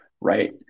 Right